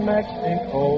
Mexico